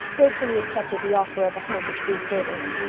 gratefully accepted the offer of a home at green gables.